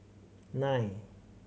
nine